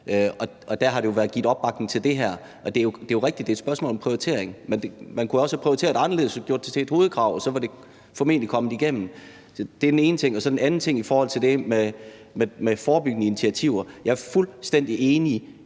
og der har der jo været givet opbakning til det her. Det er jo rigtigt, at det er et spørgsmål om prioritering, men man kunne også have prioriteret anderledes og gjort det til et hovedkrav, og så var det formentlig kommet igennem. Det er den ene ting. Den anden ting handler om det med forebyggende initiativer, og der er jeg fuldstændig i,